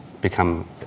become